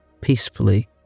peacefully